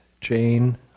Jane